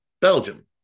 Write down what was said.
Belgium